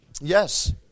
Yes